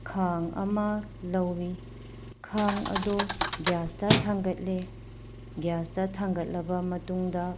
ꯈꯥꯡ ꯑꯃ ꯂꯧꯋꯤ ꯈꯥꯡ ꯑꯗꯣ ꯒꯤꯌꯥꯁꯇ ꯊꯥꯡꯒꯠꯂꯦ ꯒꯤꯌꯥꯁꯇ ꯊꯥꯡꯒꯠꯂꯕ ꯃꯇꯨꯡꯗ